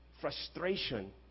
frustration